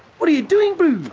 what are you doing bro?